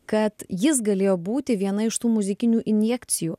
kad jis galėjo būti viena iš tų muzikinių injekcijų